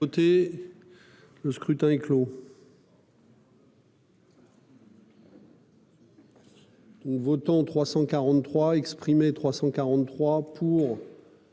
Le scrutin est clos.--